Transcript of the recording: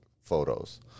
photos